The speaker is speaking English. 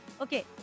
Okay